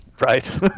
Right